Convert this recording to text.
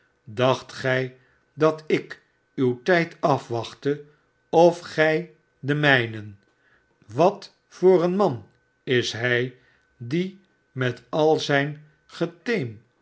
dacht gij dat ik uw tijd afwachtte of gij den mijnen wat voor een man is hij die met al zijn geteem